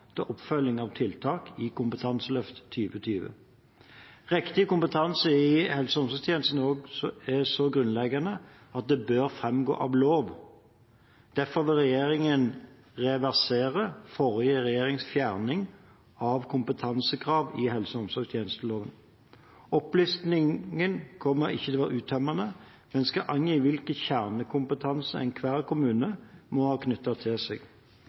til oppfølging av tiltak i Kompetanseløft 2020. Riktig kompetanse i helse- og omsorgstjenesten er så grunnleggende at det bør framgå av lov. Derfor vil regjeringen reversere forrige regjerings fjerning av kompetansekrav i helse- og omsorgstjenesteloven. Opplistingen kommer ikke til å være uttømmende, men skal angi hvilken kjernekompetanse enhver kommune må ha knyttet til seg.